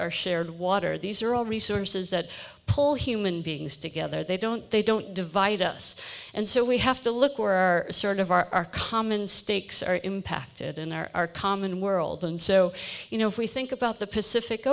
our shared water these are all resources that pull human beings together they don't they don't divide us and so we have to look where our sort of our common stakes are impacted in our common world and so you know if we think about the pacific